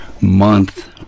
month